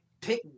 pick